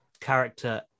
character